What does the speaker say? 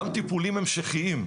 גם טיפולים המשכיים.